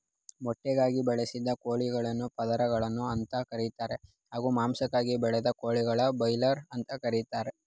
ಮೊಟ್ಟೆಗಾಗಿ ಬೆಳೆಸಿದ ಕೋಳಿಗಳನ್ನು ಪದರಗಳು ಅಂತ ಕರೀತಾರೆ ಹಾಗೂ ಮಾಂಸಕ್ಕಾಗಿ ಬೆಳೆದ ಕೋಳಿಗಳನ್ನು ಬ್ರಾಯ್ಲರ್ ಅಂತ ಕರೀತಾರೆ